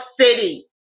City